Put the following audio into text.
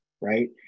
right